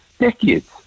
decades